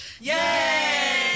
Yay